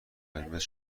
قرمز